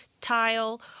tile